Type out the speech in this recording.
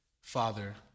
Father